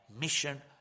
mission